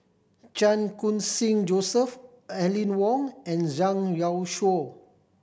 Chan Khun Sing Joseph Aline Wong and Zhang Youshuo